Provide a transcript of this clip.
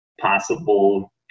possible